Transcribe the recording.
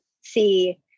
see